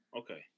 Okay